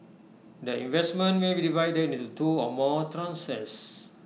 the investment may be divided into two or more tranches